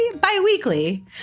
bi-weekly